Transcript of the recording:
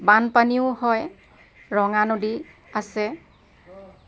বানপানীও হয় ৰঙানদী আছে